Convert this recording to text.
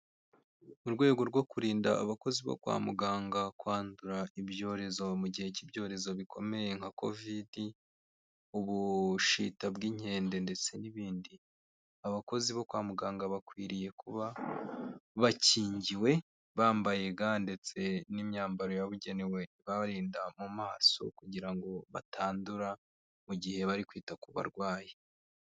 Mu rwego rwo kurinda abakozi bo kwa muganga kwandura ibyorezo mu gihe cy'ibyorezo bikomeye nka covid, ubushita bw'inkende ndetse n'ibindi, abakozi bo kwa muganga bakwiriye kuba bakingiwe bambaye ga ndetse n'imyambaro yabugenewe ibarinda mu maso kugira ngo batandura mu gihe bari kwita ku barwayi.